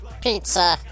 pizza